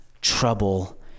trouble